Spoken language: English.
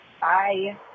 Bye